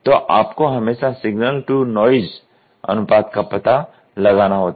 तो आपको हमेशा सिग्नल टू नॉइज़ अनुपात का पता लगाना होता है